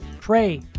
pray